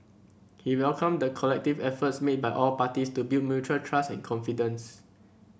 he welcomed the collective efforts made by all parties to build mutual trust and confidence